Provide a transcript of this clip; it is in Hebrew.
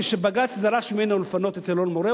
כשבג"ץ דרש ממנו לפנות את אלון-מורה,